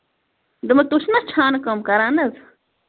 دوٚپمَو تُہۍ چھِو نا چھانہٕ کٲم کران حظ